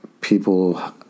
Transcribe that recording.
People